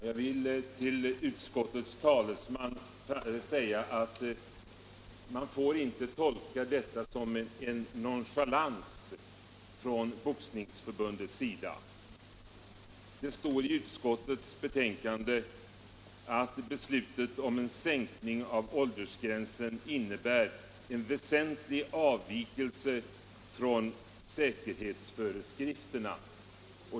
Herr talman! Jag vill till utskottets talesman säga att man inte får tolka detta som nonchalans från Boxningsförbundets sida. Det står i utskottets betänkande att beslutet om en sänkning av åldersgränsen innebär en väsentlig avvikelse från säkerhetsföreskrifterna.